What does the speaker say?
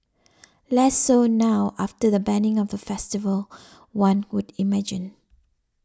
less so now after the banning of the festival one would imagine